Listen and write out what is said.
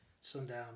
sundown